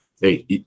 hey